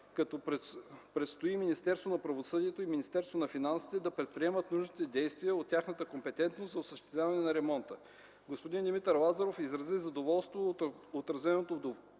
като предстои Министерство на правосъдието и Министерство на финансите да предприемат нужните действия от тяхна компетентност за осъществяване на ремонта. Господин Димитър Лазаров изрази задоволство от отразеното в доклада